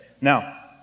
Now